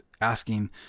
asking